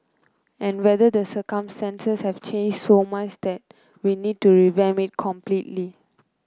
and whether the circumstances have changed so much that we need to revamp it completely